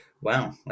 Wow